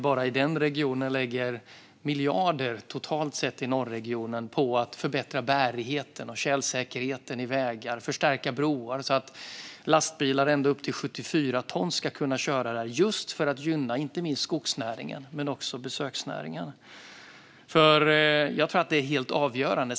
Bara i norregionen lägger vi totalt sett miljarder på att förbättra vägarnas bärighet och tjälsäkerhet och förstärka broar, så att lastbilar på ända upp till 74 ton ska kunna köra där. Det gör vi för att gynna inte minst skogsnäringen men också besöksnäringen. Jag tror att det är helt avgörande.